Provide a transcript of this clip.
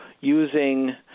using